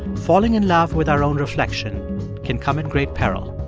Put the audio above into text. falling in love with our own reflection can come at great peril